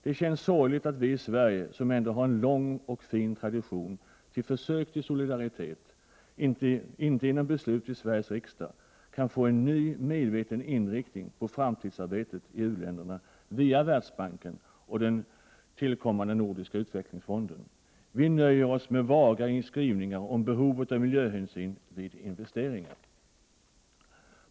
Det känns sorgligt att vi i Sverige, som ändå har en lång och fin tradition när det gäller försök till solidaritet, inte genom beslut i Sveriges riksdag kan få en ny medveten inriktning på framtidsarbetet i u-länderna via Världsbanken och den kommande Nordiska utvecklingsfonden. Vi nöjer oss med vaga skrivningar om behovet av miljöhänsyn vid investeringar.